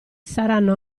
saranno